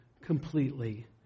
completely